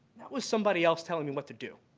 that was somebody else telling me what to do.